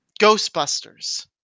Ghostbusters